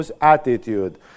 attitude